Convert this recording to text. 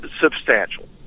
substantial